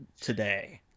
today